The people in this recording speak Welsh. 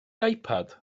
ipad